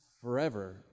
forever